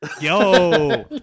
Yo